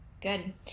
good